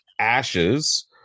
Ashes